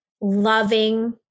loving